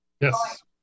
yes